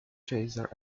chaser